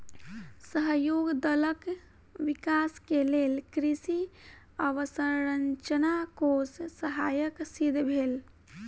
सहयोग दलक विकास के लेल कृषि अवसंरचना कोष सहायक सिद्ध भेल